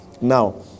Now